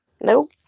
Nope